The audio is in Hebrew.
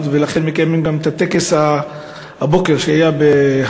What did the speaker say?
ולכן מקיימים גם את הטקס שהיה הבוקר בהר-הרצל.